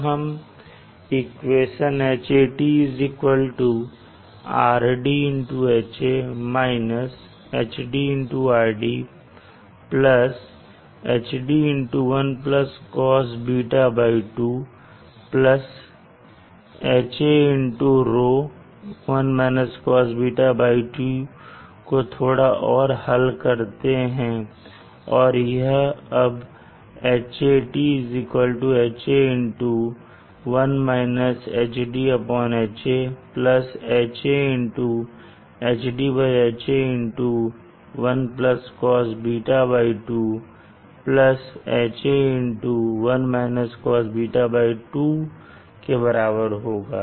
तो हम equation Hat Hd1 Cosβ 2 Haρ 1 Cosβ 2 को थोड़ा और हल करते हैं और यह अब Hat Ha 1 HdHa HaHdHa 1 Cosβ 2 Ha 1 Cosβ 2 के बराबर होगा